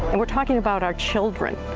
and we're talking about our children,